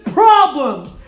problems